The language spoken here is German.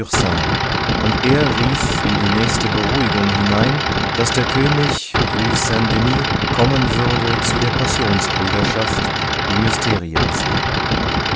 und er rief in die nächste beruhigung hinein daß der könig rue saint denis kommen würde zu der passionsbrüderschaft die mysterien sehen